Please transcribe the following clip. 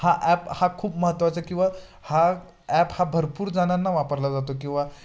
हा ॲप हा खूप महत्वाचा किंवा हा ॲप हा भरपूर जणांना वापरला जातो किंवा